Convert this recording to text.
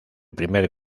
primer